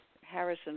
Harrison